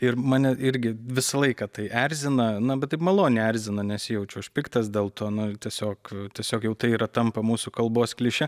ir mane irgi visą laiką tai erzina na bet taip maloniai erzina nesijaučiau aš piktas dėl to na tiesiog tiesiog jau tai yra tampa mūsų kalbos kliše